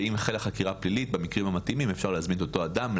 שאם החלה חקירה פלילית במקרים המתאימים אפשר להזמין את אותו אדם,